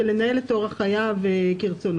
של לנהל את אורח חייו כרצונו.